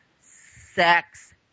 sex